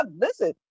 Listen